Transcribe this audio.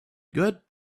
good